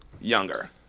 younger